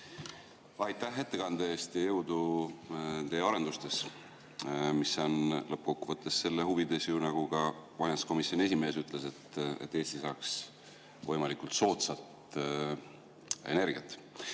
Aitäh ettekande eest ja jõudu teie arendustes! Need on lõppkokkuvõttes selle huvides, nagu ka majanduskomisjoni esimees ütles, et Eesti saaks võimalikult soodsat energiat.